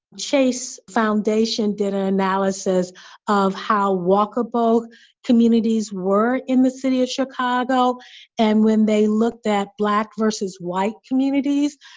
chase foundation did an analysis of how walkable communities were in the city of chicago and when they looked at black versus white communities,